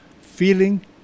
feeling